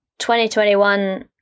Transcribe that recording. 2021